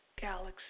galaxy